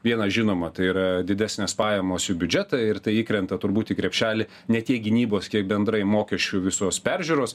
viena žinoma tai yra didesnės pajamos į biudžetą ir tai įkrenta turbūt į krepšelį ne tiek gynybos kiek bendrai mokesčių visos peržiūros